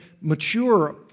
mature